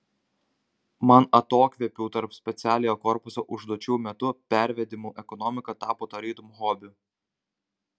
man atokvėpių tarp specialiojo korpuso užduočių metu pervedimų ekonomika tapo tarytum hobiu